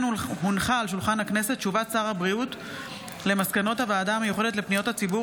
הודעת שר הבריאות על מסקנות הוועדה המיוחדת לפניות הציבור